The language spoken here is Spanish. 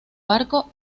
barco